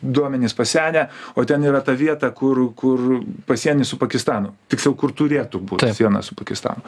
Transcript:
duomenys pasenę o ten yra ta vieta kur kur pasieny su pakistanu tiksliau kur turėtų būt siena su pakistanu